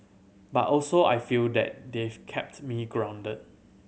but also I feel that they've kept me grounded